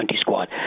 squad